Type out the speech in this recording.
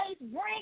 bring